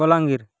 Balangir